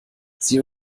sie